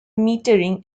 metering